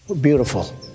Beautiful